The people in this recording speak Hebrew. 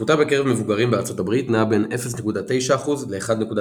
שכיחותה בקרב מבוגרים בארצות הברית נעה בין 0.9% ל-1.9%.